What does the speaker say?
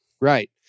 Right